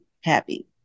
happy